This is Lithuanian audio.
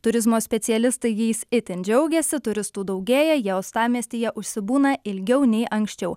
turizmo specialistai jais itin džiaugiasi turistų daugėja jie uostamiestyje užsibūna ilgiau nei anksčiau